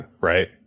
right